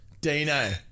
Dino